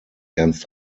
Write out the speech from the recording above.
ernst